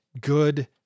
good